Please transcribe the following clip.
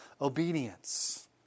obedience